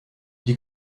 die